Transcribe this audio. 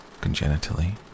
congenitally